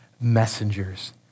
messengers